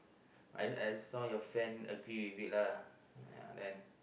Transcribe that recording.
I I saw your friend agree with it lah ya then